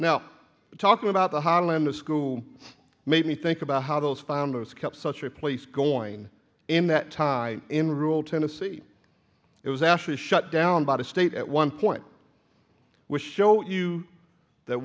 now talking about the harlem school made me think about how those founders kept such a place going in that time in rural tennessee it was actually shut down by the state at one point which show you that